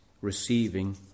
receiving